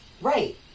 right